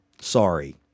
sorry